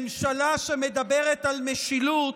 ממשלה שמדברת על משילות,